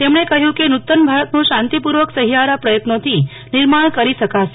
તેમણે કહ્યુ કે નુ તન ભારતનું શાંતિપુર્વક સહિયારા પ્રયત્નોથી નિર્માણ કરી શકાશે